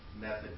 method